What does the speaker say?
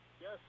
Yes